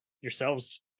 yourselves